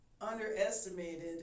underestimated